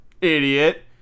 idiot